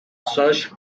such